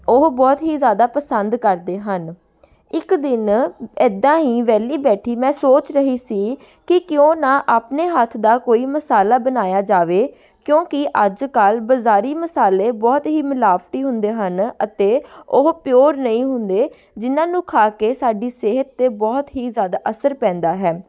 ਉਹ ਬਹੁਤ ਹੀ ਜ਼ਿਆਦਾ ਪਸੰਦ ਕਰਦੇ ਹਨ ਇਕ ਦਿਨ ਇੱਦਾਂ ਹੀ ਵਿਹਲੀ ਬੈਠੀ ਮੈਂ ਸੋਚ ਰਹੀ ਸੀ ਕਿ ਕਿਉਂ ਨਾ ਆਪਣੇ ਹੱਥ ਦਾ ਕੋਈ ਮਸਾਲਾ ਬਣਾਇਆ ਜਾਵੇ ਕਿਉਂਕਿ ਅੱਜ ਕੱਲ੍ਹ ਬਾਜ਼ਾਰੀ ਮਸਾਲੇ ਬਹੁਤ ਹੀ ਮਿਲਾਵਟੀ ਹੁੰਦੇ ਹਨ ਅਤੇ ਉਹ ਪਿਓਰ ਨਹੀਂ ਹੁੰਦੇ ਜਿਨ੍ਹਾਂ ਨੂੰ ਖਾ ਕੇ ਸਾਡੀ ਸਿਹਤ 'ਤੇ ਬਹੁਤ ਹੀ ਜ਼ਿਆਦਾ ਅਸਰ ਪੈਂਦਾ ਹੈ